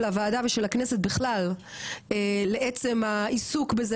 הוועדה ושל הכנסת בכלל לעצם העיסוק בזה,